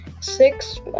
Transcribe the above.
six